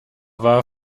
war